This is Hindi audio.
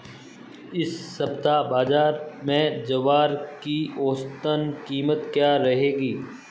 इस सप्ताह बाज़ार में ज्वार की औसतन कीमत क्या रहेगी?